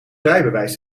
rijbewijs